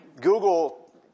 Google